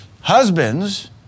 Husbands